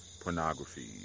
pornography